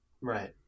Right